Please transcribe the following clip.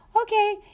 okay